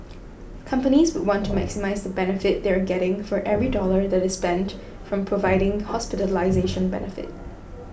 companies would want to maximise the benefit they are getting for every dollar that is spent from providing hospitalisation benefit